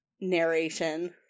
narration